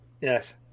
Yes